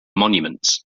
monuments